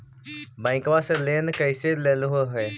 बैंकवा से लेन कैसे लेलहू हे?